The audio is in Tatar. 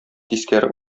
тискәре